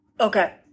Okay